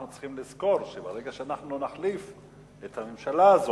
אנחנו צריכים לזכור שברגע שאנחנו נחליף את הממשלה הזאת,